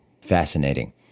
Fascinating